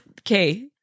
Okay